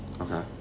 Okay